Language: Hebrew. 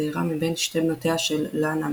הצעירה מבין שתי בנותיה של לאנה,